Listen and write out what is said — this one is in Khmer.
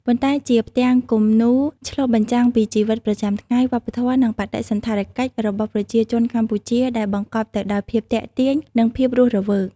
ប៉ុន្តែជាផ្ទាំងគំនូរឆ្លុះបញ្ចាំងពីជីវិតប្រចាំថ្ងៃ វប្បធម៌ និងបដិសណ្ឋារកិច្ចរបស់ប្រជាជនកម្ពុជា ដែលបង្កប់ទៅដោយភាពទាក់ទាញ និងភាពរស់រវើក។